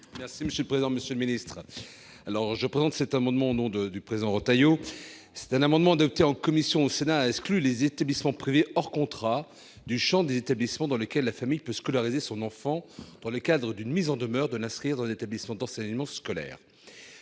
: La parole est à M. Philippe Mouiller. Je présente cet amendement au nom du président de notre groupe, M. Bruno Retailleau. Un amendement adopté en commission au Sénat a exclu les établissements privés hors contrat du champ des établissements dans lesquels la famille peut scolariser son enfant dans le cadre d'une mise en demeure de l'inscrire dans un établissement d'enseignement scolaire.